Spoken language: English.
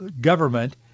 government